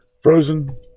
frozen